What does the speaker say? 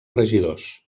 regidors